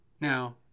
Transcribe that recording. now